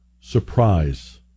surprise